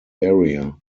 area